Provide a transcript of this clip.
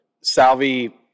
Salvi